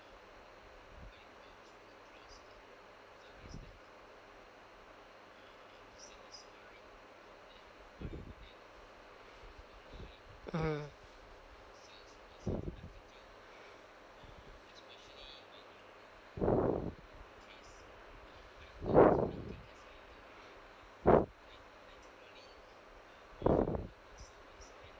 mm